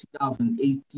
2018